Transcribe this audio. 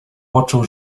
poczuł